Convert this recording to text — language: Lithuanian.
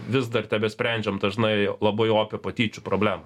vis dar tebesprendžiam dažnai labai opią patyčių problemą